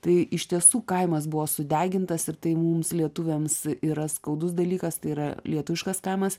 tai iš tiesų kaimas buvo sudegintas ir tai mums lietuviams a yra skaudus dalykas tai yra lietuviškas kaimas